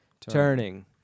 Turning